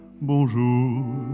Bonjour